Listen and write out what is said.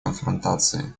конфронтации